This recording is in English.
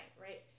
right